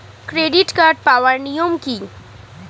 Credit card পাওয়ার নিয়ম কী?